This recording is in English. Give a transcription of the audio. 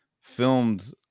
filmed